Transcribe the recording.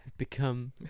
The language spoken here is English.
become